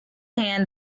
hand